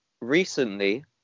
recently